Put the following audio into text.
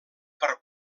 per